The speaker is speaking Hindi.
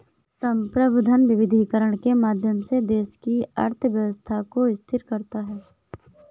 संप्रभु धन विविधीकरण के माध्यम से देश की अर्थव्यवस्था को स्थिर करता है